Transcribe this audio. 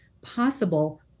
possible